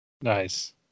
Nice